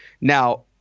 Now